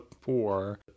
four